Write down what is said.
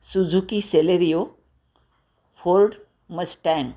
Suzuki Celerio ford mustang